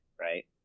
right